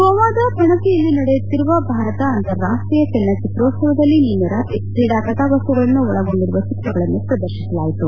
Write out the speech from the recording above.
ಗೋವಾದ ಪಣಜಿಯಲ್ಲಿ ನಡೆಯುತ್ತಿರುವ ಭಾರತ ಅಂತಾರಾಷ್ಷೀಯ ಚಲನಚಿತ್ರೋತ್ಸವದಲ್ಲಿ ನಿನ್ನೆ ರಾತ್ರಿ ಕ್ರೀಡಾ ಕಥಾವಸ್ತುಗಳನ್ನು ಒಳಗೊಂಡಿರುವ ಚಿತ್ರಗಳನ್ನು ಪ್ರದರ್ಶಿಸಲಾಯಿತು